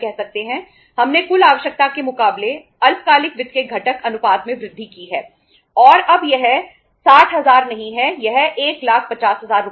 हमने कुल आवश्यकता के मुकाबले अल्पकालिक वित्त के घटक अनुपात में वृद्धि की है और अब यह 60000 नहीं है यह 150000 रुपये है